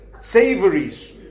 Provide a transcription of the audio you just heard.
savories